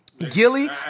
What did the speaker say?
Gilly